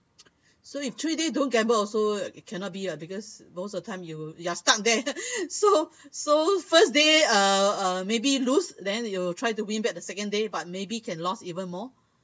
so if three days don't gamble also it cannot be ah because most of time you'll you are stuck there so so first day uh uh maybe lose then you will try to win back the second day but maybe can lose even more